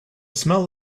smell